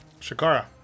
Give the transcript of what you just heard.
Shakara